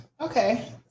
Okay